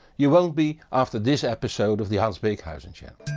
you won't be after this episode of the hans beekhuyzen channel.